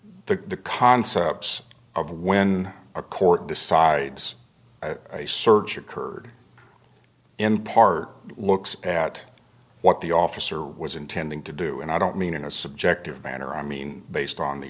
you the concepts of when a court decides a search occurred in part looks at what the officer was intending to do and i don't mean in a subjective manner i mean based on the